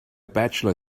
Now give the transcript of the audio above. bachelor